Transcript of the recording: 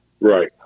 Right